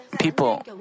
people